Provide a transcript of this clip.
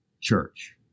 church